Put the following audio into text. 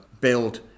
build